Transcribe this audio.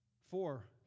Four